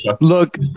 Look